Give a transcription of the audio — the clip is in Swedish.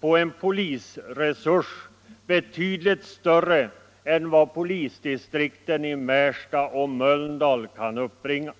på en polisresurs, betydligt större än vad polisdistrikten i Märsta och Mölndal kan uppbringa.